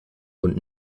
und